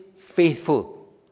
faithful